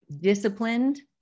disciplined